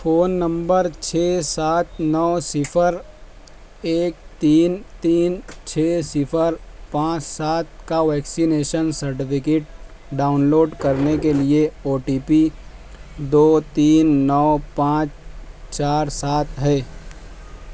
phone number چھ سات نو صفر ایک تین تین چھ صفر پانچ سات کا ویکسینیشن سرٹیفکیٹ ڈاؤن لوڈ کرنے کے لیے او ٹی پی دو تین نو پانچ چار سات ہے